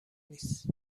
نیست